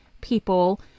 people